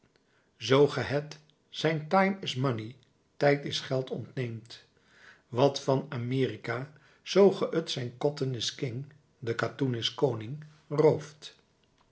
zoo ge het zijn time is money tijd is geld ontneemt wat van amerika zoo ge het zijn cotton is king de katoen is koning rooft